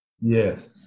Yes